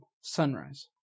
sunrise